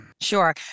Sure